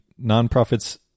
nonprofits